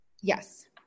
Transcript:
Yes